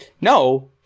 No